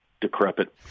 decrepit